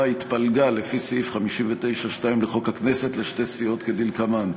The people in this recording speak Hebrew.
התפלגה לפי סעיף 59(2) לחוק הכנסת לשתי סיעות כדלקמן: